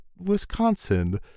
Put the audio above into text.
Wisconsin